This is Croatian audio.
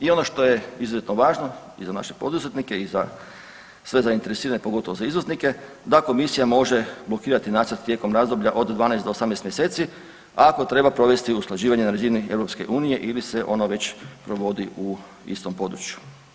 I ono što je izuzetno važno i za naše poduzetnike i sve zainteresirane pogotovo za izvoznike da Komisija može blokirati nacrt tijekom razdoblja od 12 do 18 mjeseci ako treba provesti usklađivanje na razini EU ili se ono već provodi u istom području.